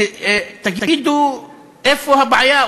תגידו איפה הבעיה,